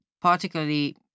particularly